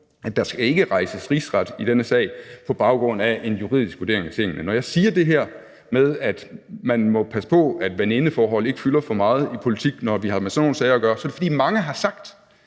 at der ikke skal rejses rigsretssag, på baggrund af en juridisk vurdering af tingene. Når jeg siger det her med, at man må passe på, at venindeforhold ikke fylder for meget i politik, når vi har med sådan nogle sager at gøre, er det, fordi mange har sagt,